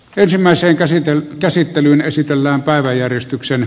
ensimmäisen käsin käsittelyyn sähköisiä palveluja